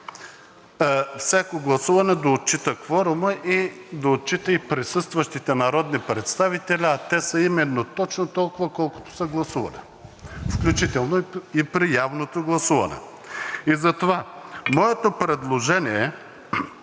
всяко гласуване да отчита кворума, да отчита и присъстващите народни представители, а те са именно точно толкова, колкото са гласували, включително и при явното гласуване. И затова моето предложение е